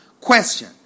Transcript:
Question